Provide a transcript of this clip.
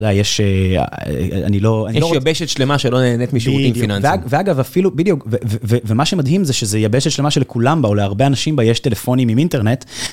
לא, יש... אני לא... יש יבשת שלמה שלא נהנית משירותים פיננסיים. ואגב, אפילו, בדיוק, ומה שמדהים זה שזו יבשת שלמה של כולם בה, או להרבה אנשים בה יש טלפונים עם אינטרנט.